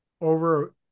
over